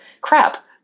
crap